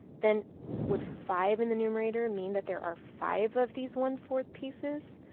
then would five in the numerator mean that there are five of these one fourth pieces?